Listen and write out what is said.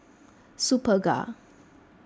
Superga